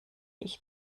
ich